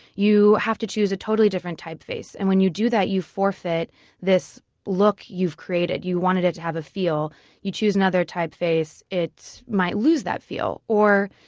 you have to choose a totally different typeface. and when you do that, you forfeit this look you've created. you wanted it to have a feel you choose another typeface it might lose that feel. or,